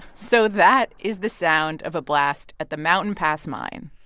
so that is the sound of a blast at the mountain pass mine.